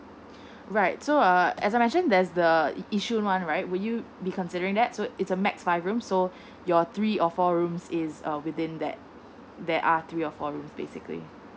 right so err as I mentioned that's the yishun one right would you be considering that so its a max five rooms so your three or four rooms is uh within that there are three or four room basically